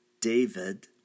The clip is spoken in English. David